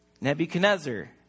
Nebuchadnezzar